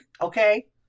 okay